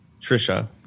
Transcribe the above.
Trisha